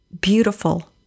beautiful